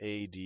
AD